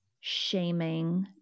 shaming